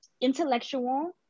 intellectual